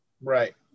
right